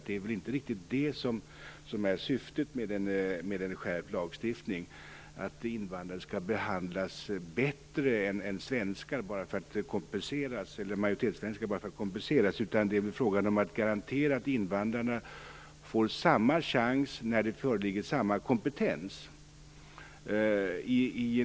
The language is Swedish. Det är väl inte riktigt det som är syftet med en skärpt lagstiftning, att invandrare skall behandlas bättre än majoritetssvenskar bara för att kompenseras, utan det är väl fråga om att garantera att invandrarna får samma chans när det föreligger samma kompetens.